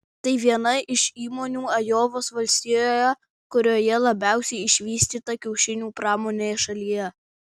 tai viena iš įmonių ajovos valstijoje kurioje labiausiai išvystyta kiaušinių pramonė šalyje